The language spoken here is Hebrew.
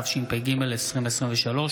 התשפ"ג 2023,